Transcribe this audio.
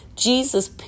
Jesus